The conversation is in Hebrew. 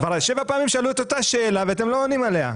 כבר שבע פעמים שאלו את אותה שאלה ואתם לא עונים עליה.